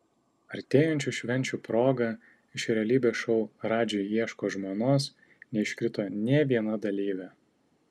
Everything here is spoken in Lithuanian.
artėjančių švenčių proga iš realybės šou radži ieško žmonos neiškrito nė viena dalyvė